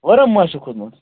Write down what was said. وَرم ما چھُ کھوٚتمُت